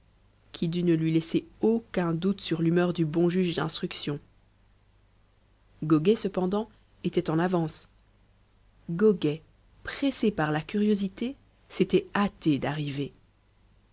qui dut ne lui laisser aucun doute sur l'humeur du bon juge d'instruction goguet cependant était en avance goguet pressé par la curiosité s'était hâté d'arriver